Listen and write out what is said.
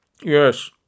Yes